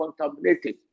contaminated